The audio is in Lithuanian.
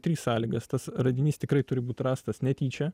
trys sąlygas tas radinys tikrai turi būt rastas netyčia